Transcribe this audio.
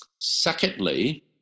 Secondly